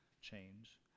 change